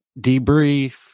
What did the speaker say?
debrief